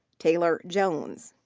taylor jones.